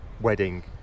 wedding